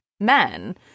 Men